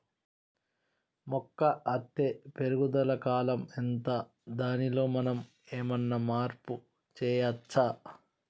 మొక్క అత్తే పెరుగుదల కాలం ఎంత దానిలో మనం ఏమన్నా మార్పు చేయచ్చా?